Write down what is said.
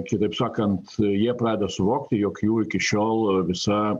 kitaip sakant jie pradeda suvokti jog jų iki šiol visa